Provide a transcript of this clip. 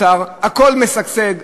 יש לי הרגשה,